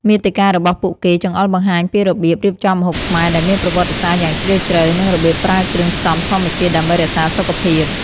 មាតិការបស់ពួកគេចង្អុលបង្ហាញពីរបៀបរៀបចំម្ហូបខ្មែរដែលមានប្រវត្តិសាស្ត្រយ៉ាងជ្រាលជ្រៅ និងរបៀបប្រើគ្រឿងផ្សំធម្មជាតិដើម្បីរក្សាសុខភាព។